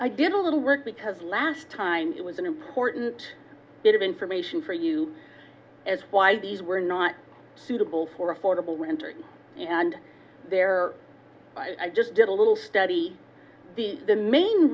i did a little work because last time it was an important bit of information for you as why these were not suitable for affordable winter and there i just did a little study the the main